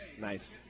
Nice